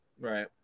right